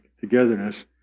togetherness